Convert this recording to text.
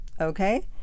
Okay